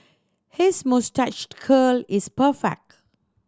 his moustache curl is perfect